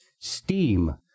steam